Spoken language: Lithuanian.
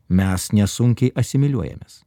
mes nesunkiai asimiliuojamės